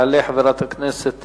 תעלה חברת הכנסת